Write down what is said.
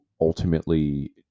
ultimately